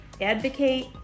advocate